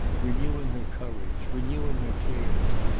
renewing her courage, renewing her clearness,